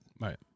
Right